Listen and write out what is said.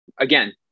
Again